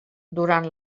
durant